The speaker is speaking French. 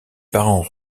parents